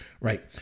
right